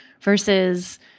versus